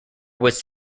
was